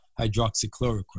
hydroxychloroquine